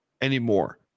anymore